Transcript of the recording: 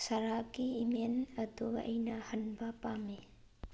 ꯁꯔꯥꯒꯤ email ꯑꯗꯨ ꯑꯩꯅ ꯍꯟꯕ ꯄꯥꯝꯃꯤ